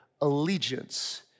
allegiance